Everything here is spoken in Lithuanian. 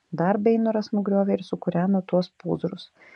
dar beinoras nugriovė ir sukūreno tuos pūzrus